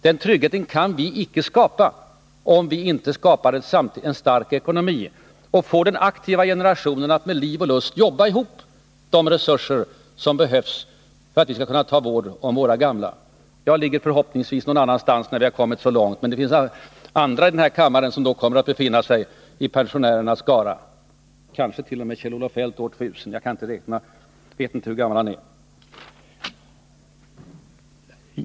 Den tryggheten kan vi icke skapa om vi icke skapar en stark ekonomi och får den aktiva generationen att med liv och lust jobba ihop de resurser som behövs för att vi skall kunna ta vård om våra gamla. Jag ligger förhoppningsvis någon annanstans när vi har kommit så långt, men det finns andra i den här kammaren som då kommer att befinna sig i pensionärernas skara. Det kanske t.o.m. Kjell-Olof Feldt gör år 2 000 — jag vet inte hur gammal han är.